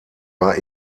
war